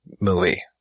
movie